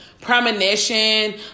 premonition